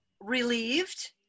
Relieved